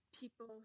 people